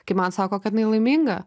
kai man sako kad jinai laiminga